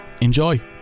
enjoy